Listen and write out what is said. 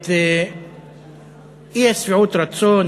את אי-שביעות הרצון,